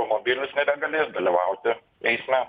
automobilis nebegalės dalyvauti eisme